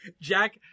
Jack